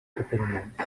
entreteniment